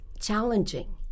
challenging